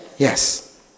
Yes